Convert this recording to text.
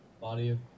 Body